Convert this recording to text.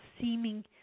seeming